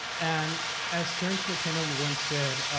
and as terrence mckenna once said,